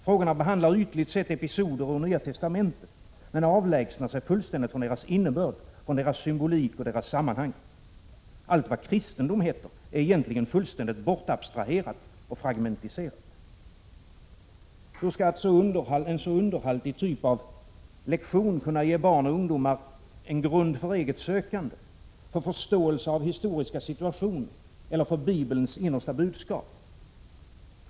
Frågorna behandlar ytligt episoder i Nya testamentet, men avlägsnar sig fullständigt från deras innebörd, symbolik och sammanhang. Allt vad kristendom heter är egentligen fullständigt bortabstraherat och fragmentiserat. Hur skall alltså en så underhaltig typ av lektion kunna ge barn och ungdomar en grund för eget sökande och förståelse för historiska situationer eller Bibelns innersta budskap?